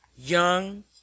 Young